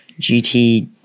GT